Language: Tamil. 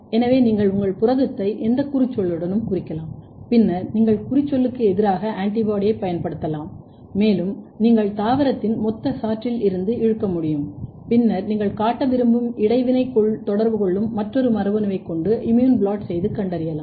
எனவே நீங்கள் உங்கள் புரதத்தை எந்த குறிச்சொல்லுடன் குறிக்கலாம் பின்னர் நீங்கள் குறிச்சொல்லுக்கு எதிராக ஆன்டிபாடியைப் பயன்படுத்தலாம் மேலும் நீங்கள் தாவரத்தின் மொத்த சாற்றில் இருந்து இழுக்க முடியும் பின்னர் நீங்கள் காட்ட விரும்பும் இடைவினை தொடர்பு கொள்ளும் மற்றொரு மரபணுவைக் கொண்டு இம்யூன் ப்ளாட் செய்து கண்டறியலாம்